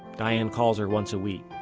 diane calls her once a week.